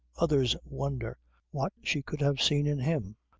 others wonder what she could have seen in him?